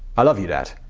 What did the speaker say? i love you, dad,